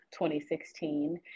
2016